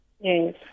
Yes